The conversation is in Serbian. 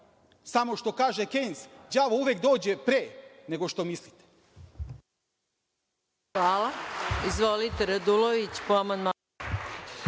Samo što kaže Kejns – đavo uvek dođe pre nego što mislite.